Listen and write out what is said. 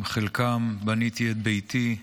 עם חלקן בניתי את ביתי,